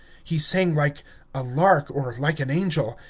he sang like a lark, or like an angel.